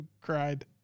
cried